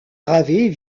gravés